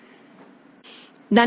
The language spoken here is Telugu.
Thank you